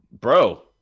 bro